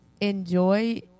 enjoy